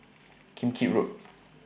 Kim Keat Road